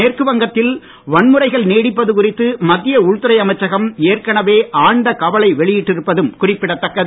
மேற்கு வங்கத்தில் வன்முறைகள் நீடிப்பது குறித்து மத்திய உள்துறை அமைச்சகம் ஏற்கனவே ஆழ்ந்த கவலை வெளியிட்டிருப்பதும் குறிப்பிடத்தக்கது